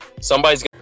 Somebody's